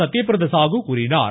சத்யபிரதா சாகு கூறினார்